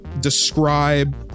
describe